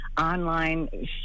online